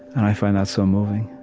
and i find that so moving,